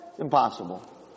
impossible